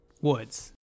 woods